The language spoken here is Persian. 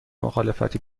مخالفتی